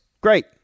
Great